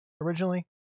originally